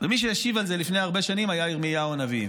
מי שהשיב על זה לפני הרבה שנים היה ירמיהו הנביא.